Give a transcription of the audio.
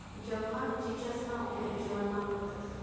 जगमा चीचसना उपेग जेवणमा करतंस